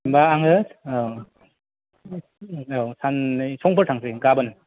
होनबा आङो औ साननै समफोर थांनोसै गाबोन